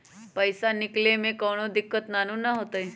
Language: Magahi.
पईसा निकले में कउनो दिक़्क़त नानू न होताई?